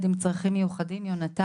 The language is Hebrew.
ילד עם צרכים מיוחדים,